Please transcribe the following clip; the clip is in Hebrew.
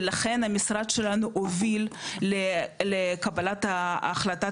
ולכן המשרד שלנו הוביל לקבלת החלטת